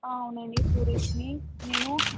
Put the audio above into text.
అవునండి టూరిస్ట్ని నేను